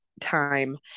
Time